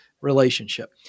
relationship